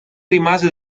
rimase